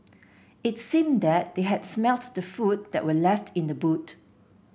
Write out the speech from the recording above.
it seemed that they had smelt the food that were left in the boot